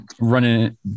running